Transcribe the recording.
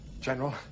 General